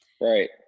Right